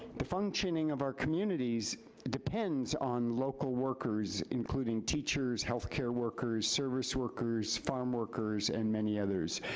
the functioning of our communities depends on local workers including teachers, health care workers, service workers, farmworkers and many others.